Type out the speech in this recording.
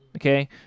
Okay